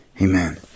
Amen